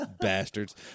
bastards